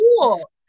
cool